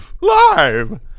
Live